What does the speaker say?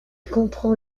comprend